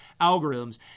algorithms